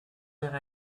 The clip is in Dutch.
weer